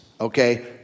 okay